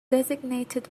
designated